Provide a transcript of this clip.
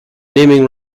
naming